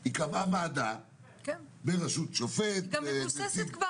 היא קבעה ועדה בראשות שופט --- היא מבוססת על